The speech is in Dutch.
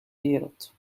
wereld